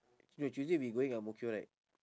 you tuesday we going ang mo kio right